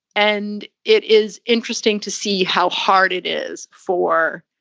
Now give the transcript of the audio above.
and it is interesting to see how hard it is for.